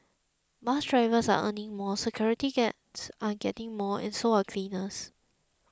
bus drivers are earning more security guards are getting more and so are cleaners